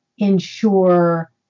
ensure